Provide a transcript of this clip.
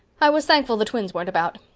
i was thankful the twins weren't about.